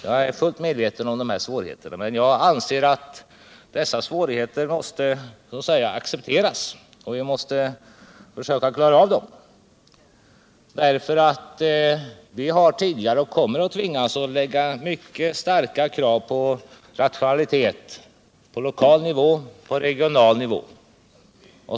Jag inser klart svårigheterna, men jag anser att dessa svårigheter måste accepteras. Vi skall försöka klara av dem. Vi har tvingats och kommer att tvingas att ställa mycket starka krav på rationalitet på lokal och regional nivå.